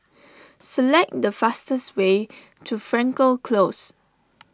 select the fastest way to Frankel Close